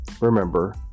remember